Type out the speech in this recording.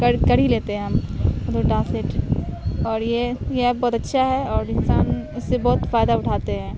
کر کر ہی لیتے ہیں ہم ہم ٹرانسلیٹ اور یہ یہ ایپ بہت اچھا ہے اور انسان اس سے بہت فائدہ اٹھاتے ہیں